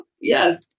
Yes